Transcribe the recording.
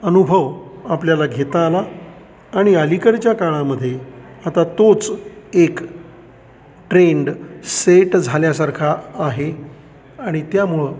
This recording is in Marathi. अनुभव आपल्याला घेता आला आणि अलीकडच्या काळामध्ये आता तोच एक ट्रेंड सेट झाल्यासारखा आहे आणि त्यामुळं